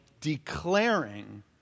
declaring